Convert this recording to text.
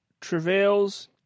travails